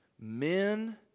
Men